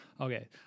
Okay